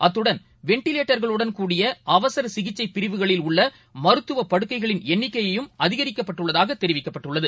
அத்துடன் வென்டிவேட்டர்களுடன் கூடிய அவசரசிகிச்சைபிரிவுகளில் உள்ளமருத்துவப் படுக்கைகளின் எண்ணிக்கையும் அதிகரிக்கப்பட்டுள்ளதாகதெரிவித்துள்ளது